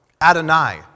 Adonai